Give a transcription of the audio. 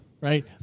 right